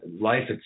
life